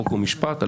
חוק ומשפט.